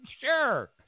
sure